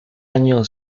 año